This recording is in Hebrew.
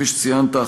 כפי שציינת,